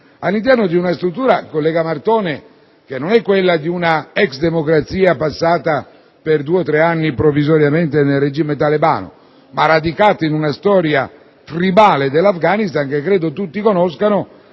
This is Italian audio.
all'interno di una struttura, collega Martone, che non è quella di una ex democrazia passata per due o tre anni, provvisoriamente, nel regime talebano, ma che è radicata nella storia tribale dell'Afghanistan che credo tutti conoscano.